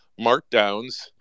markdowns